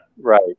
Right